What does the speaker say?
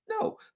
No